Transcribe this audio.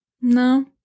No